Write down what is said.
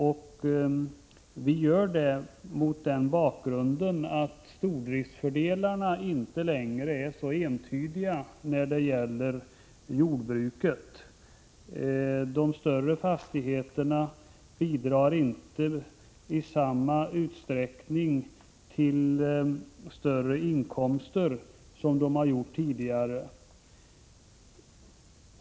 Vi yrkar detta mot bakgrund av att stordriftsfördelarna inte längre är så entydiga när det gäller jordbruket. De större fastigheterna bidrar inte till större inkomster i samma utsträckning som de har gjort tidigare.